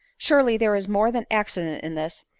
surely there is more than accident in this!